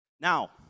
Now